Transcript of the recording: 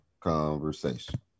conversation